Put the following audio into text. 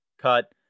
cut